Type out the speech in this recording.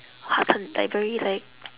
hearten like very like